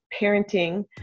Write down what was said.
parenting